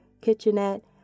kitchenette